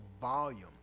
volume